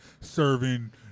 serving